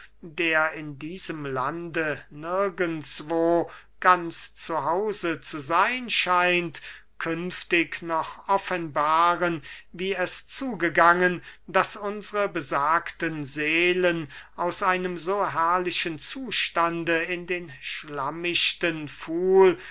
der in diesem lande nirgendswo ganz zu hause zu seyn scheint künftig noch offenbaren wie es zugegangen daß unsre besagten seelen aus einem so herrlichen zustande in den schlammichten